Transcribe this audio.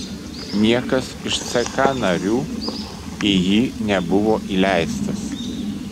niekas iš ck narių į jį nebuvo įleistas